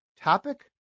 Topic